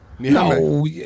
No